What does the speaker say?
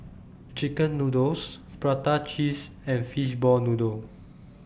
Chicken Noodles Prata Cheese and Fishball Noodle